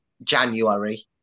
January